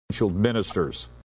Ministers